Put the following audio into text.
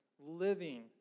Living